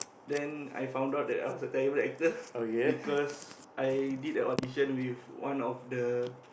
then I found out that I was a terrible actor cause I did a audition with one of the